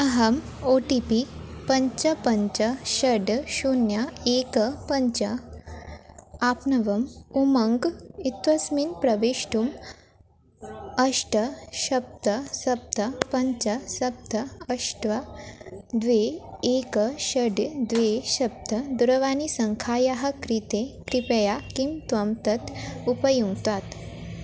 अहम् O T P पञ्च पञ्च षड् शून्यम् एकं पञ्च आप्नवम् उमङ्ग् इत्वस्मिन् प्रवेष्टुम् अष्ट सप्त सप्त पञ्च सप्त अष्ट्व द्वे एकं षड् द्वे सप्त दूरवाणीसङ्खायाः कृते कृपया किं त्वं तत् उपयुङ्क्तात्